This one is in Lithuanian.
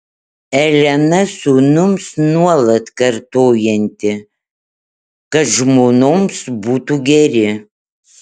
elena sūnums nuolat kartojanti kad žmonoms būtų geri